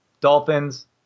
Dolphins